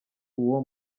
uwo